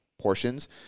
portions